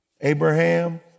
Abraham